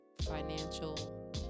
financial